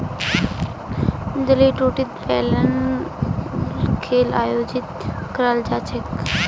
जलीकट्टूत बैलेर खेल आयोजित कराल जा छेक